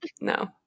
No